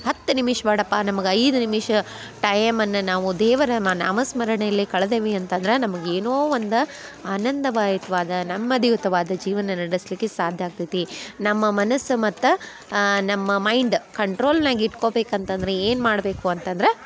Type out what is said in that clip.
ಹತ್ತು ನಿಮಿಷ ಬೇಡಪ್ಪ ನಮಗೆ ಐದು ನಿಮಿಷ ಟೈಮನ್ನು ನಾವು ದೇವರ ಮ ನಾಮ ಸ್ಮರಣೆಲಿ ಕಳೆದೆವು ಅಂತಂದ್ರೆ ನಮಗೆ ಏನೋ ಒಂದು ಆನಂದದಾಯಕ್ವಾದ ನಮ್ಮದಿಯುತವಾದ ಜೀವನ ನಡೆಸಲಿಕ್ಕೆ ಸಾಧ್ಯ ಆಗ್ತೈತಿ ನಮ್ಮ ಮನಸ್ಸು ಮತ್ತು ನಮ್ಮ ಮೈಂಡ್ ಕಂಟ್ರೋಲ್ನಾಗ ಇಟ್ಕೊಬೇಕಂತಂದ್ರೆ ಏನು ಮಾಡಬೇಕು ಅಂತಂದ್ರೆ